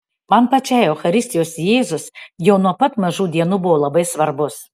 man pačiai eucharistijos jėzus jau nuo pat mažų dienų buvo labai svarbus